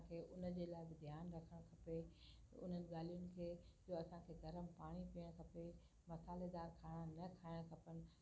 असांखे उन जे लाइ बि ध्यानु रखणु खपे उन्हनि ॻाल्युनि खे जो असांखे गरम पाणी पीअणु खपे मसाल्हेदारु खाणा न खाइणु खपनि